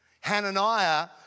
Hananiah